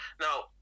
now